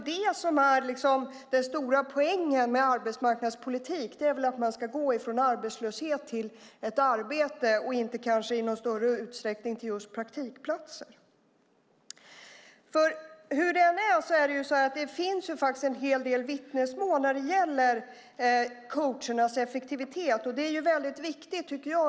Den stora poängen med arbetsmarknadspolitik är väl att man ska gå från arbetslöshet till ett arbete och inte i någon större utsträckning till just praktikplatser? Hur det än är finns det faktiskt en hel del vittnesmål när det gäller coachernas effektivitet.